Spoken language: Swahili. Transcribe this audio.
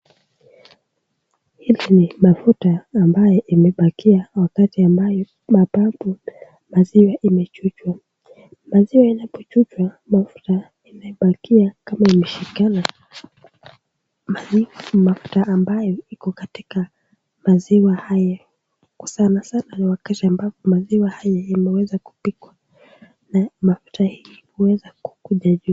Hili ni mafuta ambayo imebakia wakati ambayo mababi maziwa imechujwa. Maziwa yanapochujwa, mafuta inabakia kama imeshikana. Mafuta ambayo iko katika maziwa hayo, sanasana ni wakati ambapo maziwa hayo imeweza kupikwa na mafuta hii huweza kukuja juu.